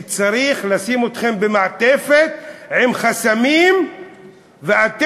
צריך לשים אתכם במעטפת עם חסמים ואתם,